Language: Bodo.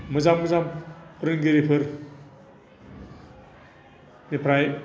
मोजां मोजां फोरोंगिरिफोरनिफ्राय